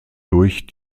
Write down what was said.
durch